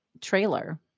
trailer